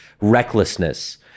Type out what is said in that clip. recklessness